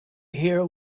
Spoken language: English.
hear